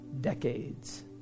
decades